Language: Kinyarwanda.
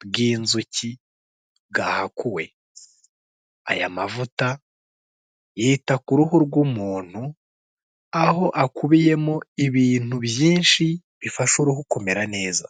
bw'inzuki bwahakuwe, aya mavuta yita ku ruhu rw'umuntu aho akubiyemo ibintu byinshi bifasha uruhu kumera neza.